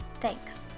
thanks